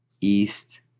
East